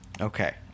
okay